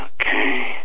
okay